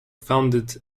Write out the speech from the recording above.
founded